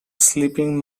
sleeping